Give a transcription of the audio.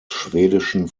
schwedischen